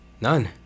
None